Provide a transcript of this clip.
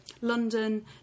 London